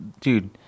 Dude